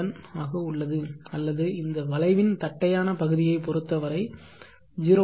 707 ஆக உள்ளது அல்லது இந்த வளைவின் தட்டையான பகுதியைப் பொறுத்தவரை 0